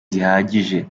zihagije